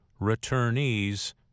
returnees